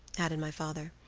added my father.